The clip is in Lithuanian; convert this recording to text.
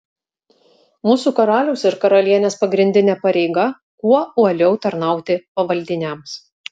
mūsų karaliaus ar karalienės pagrindinė pareiga kuo uoliau tarnauti pavaldiniams